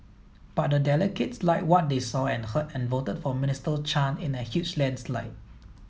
but the delegates liked what they saw and heard and voted for Minister Chan in a huge landslide